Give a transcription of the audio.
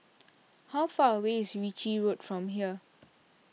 how far away is Ritchie Road from here